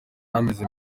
ameze